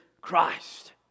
Christ